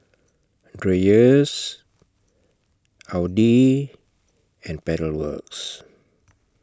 Dreyers Audi and Pedal Works